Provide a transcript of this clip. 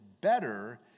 better